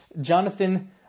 Jonathan